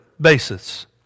basis